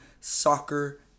soccer